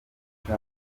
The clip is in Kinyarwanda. buca